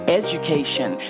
education